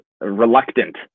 reluctant